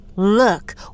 Look